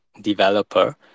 developer